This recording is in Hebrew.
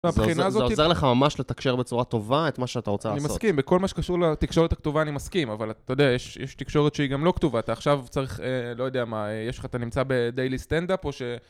זה עוזר לך ממש לתקשר בצורה טובה את מה שאתה רוצה לעשות. אני מסכים, בכל מה שקשור לתקשורת הכתובה אני מסכים, אבל אתה יודע, יש תקשורת שהיא גם לא כתובה, אתה עכשיו צריך, לא יודע מה, יש לך, אתה נמצא בדיילי סטנדאפ או ש...